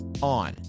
on